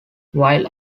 while